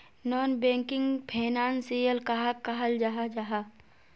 Non banking financial कहाक कहाल जाहा जाहा?